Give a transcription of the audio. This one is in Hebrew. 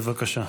בבקשה.